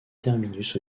terminus